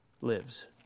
lives